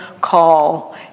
call